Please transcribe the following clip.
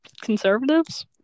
Conservatives